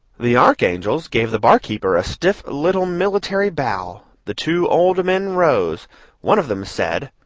the archangels gave the barkeeper a stiff little military bow the two old men rose one of them said,